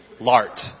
lart